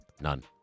None